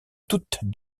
toutes